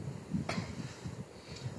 okay okay